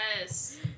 Yes